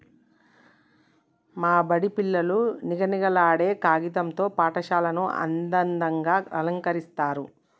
మా బడి పిల్లలు నిగనిగలాడే కాగితం తో పాఠశాలను అందంగ అలంకరిస్తరు